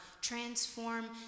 transform